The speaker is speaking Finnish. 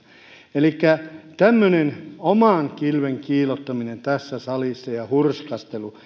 elikkä tämmöinen oman kilven kiillottaminen ja hurskastelu